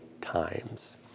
times